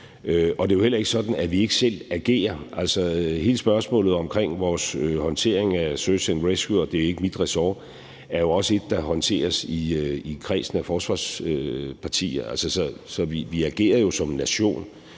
og det er jo heller ikke sådan, at vi ikke selv agerer. Hele spørgsmålet omkring vores håndtering af search and rescue, og det er ikke mit ressort, er også et, der håndteres i kredsen af forsvarspartier. Så vi agerer jo som nation,